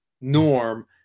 norm